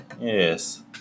Yes